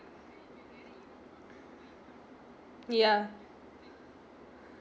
ya